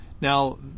Now